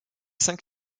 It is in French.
cinq